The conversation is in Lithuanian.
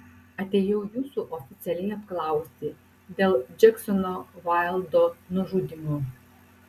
atėjau jūsų oficialiai apklausti dėl džeksono vaildo nužudymo